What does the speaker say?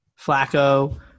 Flacco